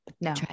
No